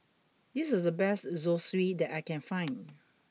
this is the best Zosui that I can find